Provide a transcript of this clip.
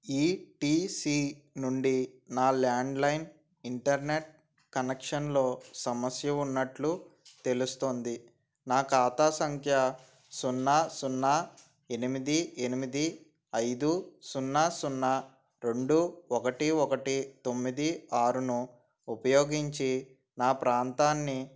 ఈ T C నుండి నా ల్యాండ్లైన్ ఇంటర్నెట్ కనెక్షన్లో సమస్య ఉన్నట్లు తెలుస్తుంది నా ఖాతా సంఖ్య సున్నా సున్నా ఎనిమిది ఎనిమిది ఐదు సున్నా సున్నా రెండు ఒకటి ఒకటి తొమ్మిది ఆరును ఉపయోగించి నా ప్రాంతాన్ని